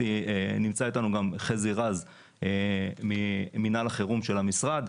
נמצא איתנו גם חזי רז ממינהל החירום של המשרד.